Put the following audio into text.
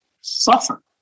suffer